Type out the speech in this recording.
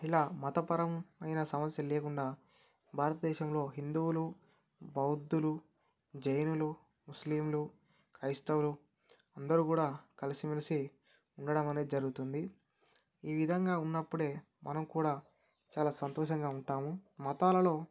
ఇలా మతపరం అయిన సమస్యలు ఏమున్నా భారతదేశంలో హిందువులు బౌద్ధులు జైనులు ముస్లిములు క్రైస్తవులు అందరూ కూడా కలిసిమెలిసి ఉండడం అనేది జరుగుతుంది ఈ విధంగా ఉన్నప్పుడే మనం కూడా చాలా సంతోషంగా ఉంటాము మతాలలో